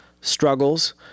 struggles